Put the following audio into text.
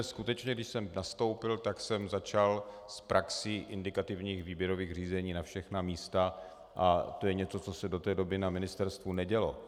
Skutečně, když jsem nastoupil, tak jsem začal s praxí indikativních výběrových řízení na všechna místa a to je něco, co se do té doby na ministerstvu nedělo.